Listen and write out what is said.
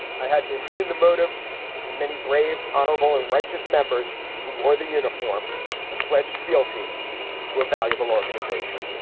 i had to impugn the motives of the many brave, honorable and righteous members who wore the uniform and pledged fealty to a valuable organization.